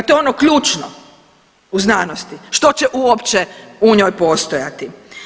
To je ono ključno u znanosti što će uopće u njoj postojati.